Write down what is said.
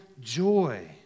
joy